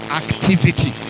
activity